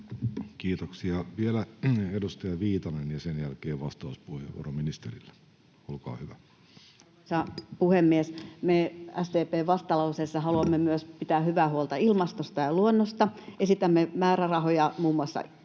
Kiitoksia. — Vielä edustaja Viitanen, ja sen jälkeen vastauspuheenvuoro ministerille, olkaa hyvä. Arvoisa puhemies! Me SDP:n vastalauseessa haluamme myös pitää hyvää huolta ilmastosta ja luonnosta. Esitämme määrärahoja muun muassa